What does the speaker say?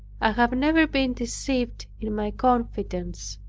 i have never been deceived in my confidence.